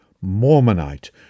Mormonite